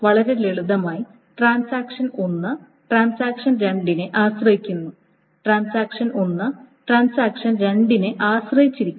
വളരെ ലളിതമായി transaction 1 transaction 2 നെ ആശ്രയിക്കുന്നു ട്രാൻസാക്ഷൻ1 ട്രാൻസാക്ഷൻ 2 നെ ആശ്രയിച്ചിരിക്കുന്നു